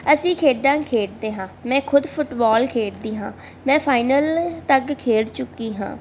ਅਸੀਂ ਖੇਡਾਂ ਖੇਡਦੇ ਹਾਂ ਮੈਂ ਖੁਦ ਫੁੱਟਬਾਲ ਖੇਡਦੀ ਹਾਂ ਮੈਂ ਫਾਈਨਲ ਤੱਕ ਖੇਡ ਚੁੱਕੀ ਹਾਂ